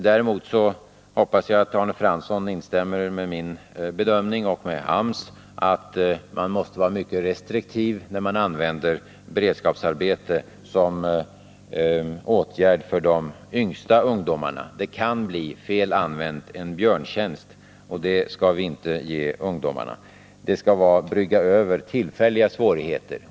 Däremot hoppas jag att Arne Fransson instämmer i min och AMS bedömning att man måste vara mycket restriktiv när man använder beredskapsarbete som åtgärd för de yngsta ungdomarna. Fel använt kan det bli en björntjänst, och det skall vi inte göra ungdomarna. Beredskapsarbetet skall brygga över tillfälliga svårigheter.